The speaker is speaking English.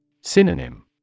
Synonym